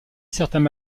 certains